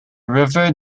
river